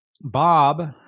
Bob